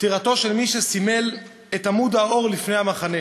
פטירתו של מי שסימל את עמוד האור לפני המחנה